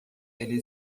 ele